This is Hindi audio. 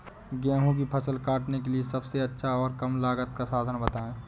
गेहूँ की फसल काटने के लिए सबसे अच्छा और कम लागत का साधन बताएं?